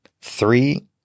Three